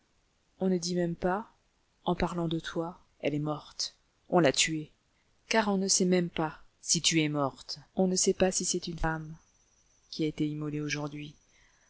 on ne dit même pas en parlant de toi elle est morte on l'a tuée car on ne sait même pas si tu es morte on ne sait pas si c'est une femme qui a été immolée aujourd'hui